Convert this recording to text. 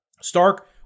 Stark